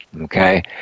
Okay